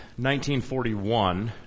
1941